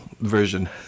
version